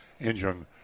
engine